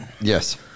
Yes